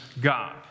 God